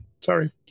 Sorry